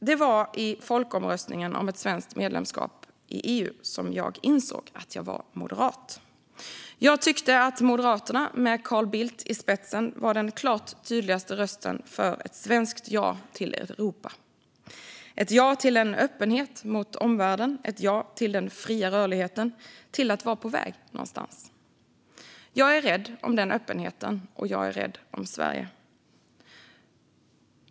Det var i folkomröstningen om ett svenskt medlemskap i EU som jag insåg att jag var moderat. Jag tyckte att Moderaterna, med Carl Bildt i spetsen, var den klart tydligaste rösten för ett svenskt ja till Europa - ett ja till en öppenhet mot omvärlden, ett ja till den fria rörligheten och till att vara på väg någonstans. Jag är rädd om den öppenheten, och jag är rädd om Sverige.